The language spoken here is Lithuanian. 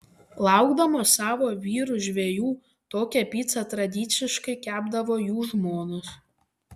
laukdamos savo vyrų žvejų tokią picą tradiciškai kepdavo jų žmonos